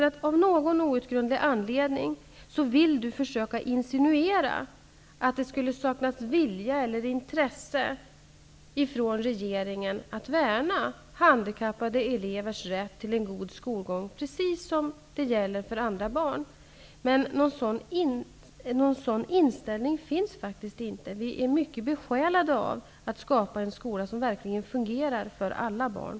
Av någon outgrundlig anledning vill Eva Johansson försöka insinuera att det skulle saknas vilja eller intresse ifrån regeringens sida att värna handikappade elevers rätt till en god skolgång precis som för andra barn. Någon sådan inställning finns faktiskt inte. Vi är besjälade av tanken att skapa en skola som verkligen fungerar för alla barn.